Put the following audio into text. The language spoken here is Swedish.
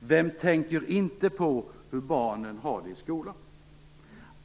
Vem tänker inte på hur barnen har det i skolan?